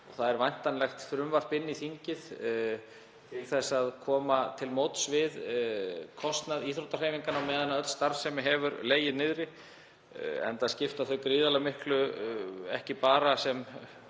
Það er væntanlegt frumvarp inn í þingið til þess að koma til móts við kostnað íþróttahreyfingarinnar á meðan öll starfsemi hefur legið niðri, enda skiptir hún gríðarlega miklu máli, ekki bara sem